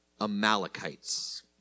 Amalekites